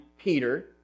Peter